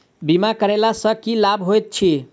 बीमा करैला सअ की लाभ होइत छी?